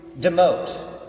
demote